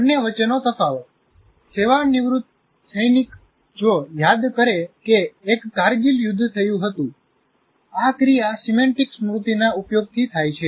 બંને વચ્ચેનો તફાવત સેવાનિવૃત્ત સૈનિક જો યાદ કરે કે એક કારગિલ યુદ્ધ થયું હતું' આ ક્રિયા સિમેન્ટીક સ્મૃતિના ઉપયોગથી થાય છે